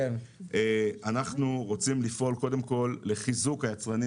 אנחנו רוצים לפעול קודם כל לחיזוק היצרנים